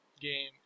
game